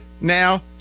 now